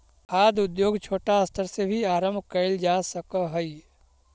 खाद्य उद्योग छोटा स्तर से भी आरंभ कैल जा सक हइ